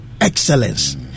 Excellence